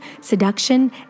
seduction